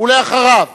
ואחריו,